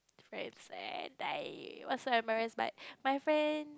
friends and I was so embarrass but my friend